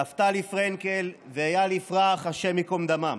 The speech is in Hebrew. נפתלי פרנקל ואייל יפרח, השם ייקום דמם,